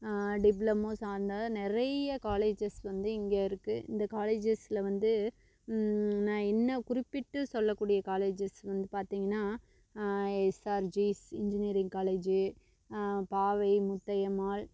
diploma சார்ந்த நிறைய colleges வந்து இங்கே இருக்கு இந்த காலேஜஸில் வந்து நான் என்ன குறிப்பிட்டு சொல்லக்கூடிய காலேஜஸ் வந்து பார்த்திங்கன்னா SRGS engineering college Paavai Muthayammal